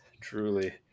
Truly